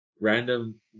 random